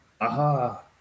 aha